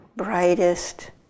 Brightest